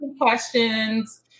questions